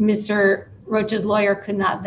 mr rogers lawyer could not